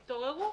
תתעוררו.